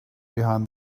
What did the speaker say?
behind